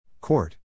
Court